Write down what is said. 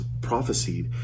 prophesied